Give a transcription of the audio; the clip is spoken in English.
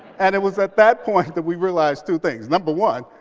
and it was at that point that we realized two things number one,